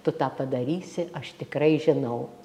tu tą padarysi aš tikrai žinau